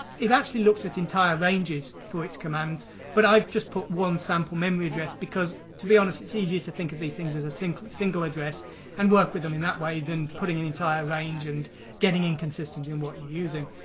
it actually looks at entire ranges for its commands but i've just put one sample memory address, because to be honest it's easier to think of these things as a single single address and work with them in that way, than putting an entire range and getting inconsistent in what you're using.